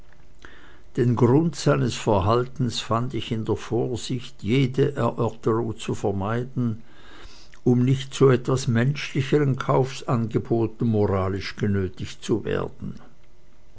den grund seines verhaltens fand ich in der vorsicht jede erörterung zu vermeiden um nicht zu etwas menschlicheren kaufsangeboten moralisch genötigt zu werden